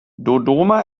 dodoma